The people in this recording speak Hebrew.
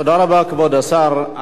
תודה רבה, כבוד השר.